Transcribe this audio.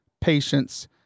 patience